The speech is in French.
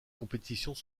compétitions